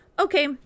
Okay